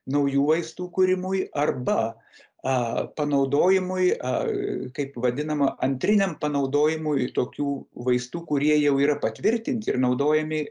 naujų vaistų kūrimui arba a panaudojimui e kaip vadinama antriniam panaudojimui tokių vaistų kurie jau yra patvirtinti ir naudojami